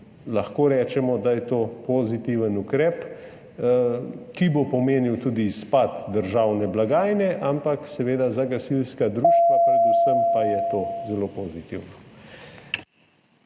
lahko rečemo, da je to pozitiven ukrep, ki bo pomenil tudi izpad državne blagajne, ampak predvsem za gasilska društva pa je to seveda zelo pozitivno.